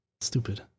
Stupid